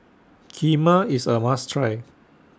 Kheema IS A must Try